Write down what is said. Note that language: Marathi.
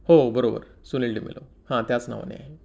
हो बरोबर सुनील डिमेलोज हां त्याच नावाने